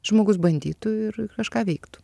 žmogus bandytų ir kažką veiktų